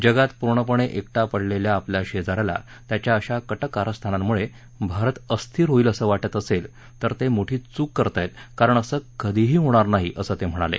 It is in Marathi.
जगात पूर्णपणे एकटा पडलेल्या आपल्या शेजाऱ्याला त्याच्या अशा कट कारस्थानांमुळे भारत अस्थिर होईल असं वाटत असेल तर ते मोठी चूक करत आहेत कारण असं कधीही होणार नाही असं ते म्हणाले